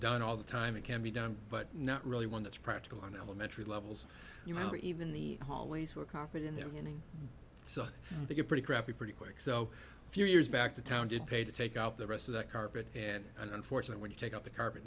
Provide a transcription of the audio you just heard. done all the time it can be done but not really one that's practical on elementary levels you know even the hallways were carpet in the beginning so they get pretty crappy pretty quick so a few years back to town did pay to take out the rest of that carpet and unfortunate when you take out the carpet